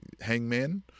hangman